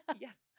Yes